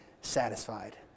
satisfied